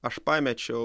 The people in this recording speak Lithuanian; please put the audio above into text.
aš pamečiau